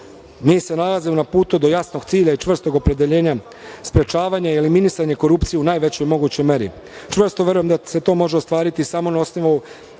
mi se nalazimo na putu do jasnog cilja i čvrstog opredeljenja sprečavanja i eliminisnja korupcije u najvećoj mogućoj meri. Čvrsto verujem da se to može ostvariti samo na osnovu